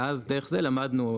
ואז דרך זה למדנו,